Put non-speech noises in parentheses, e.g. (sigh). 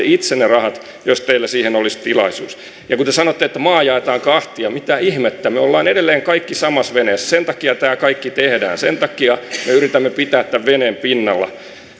(unintelligible) itse ne rahat jos teillä siihen olisi tilaisuus ja kun te sanotte että maa jaetaan kahtia niin mitä ihmettä me olemme edelleen kaikki samassa veneessä sen takia tämä kaikki tehdään sen takia me yritämme pitää tämän veneen pinnalla ja